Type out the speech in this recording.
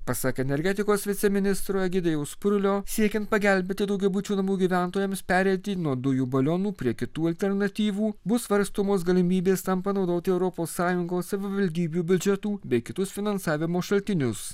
pasak energetikos viceministro egidijaus purlio siekiant pagelbėti daugiabučių namų gyventojams pereiti nuo dujų balionų prie kitų alternatyvų bus svarstomos galimybės tam panaudoti europos sąjungos savivaldybių biudžetų bei kitus finansavimo šaltinius